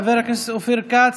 חבר הכנסת אופיר כץ,